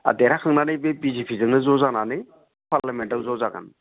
देरहाखांनानै बे बिजेपिजोंनो ज' जानानै पार्लियामेन्टआव ज' जागोन